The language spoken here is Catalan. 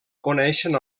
coneixen